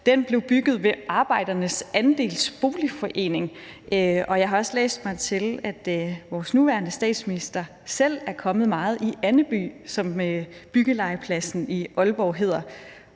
blev bygget ved Arbejdernes Andels Boligforening. Jeg har også læst mig til, at vores nuværende statsminister selv er kommet meget i Andeby, som byggelegepladsen i Aalborg hedder.